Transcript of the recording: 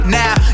now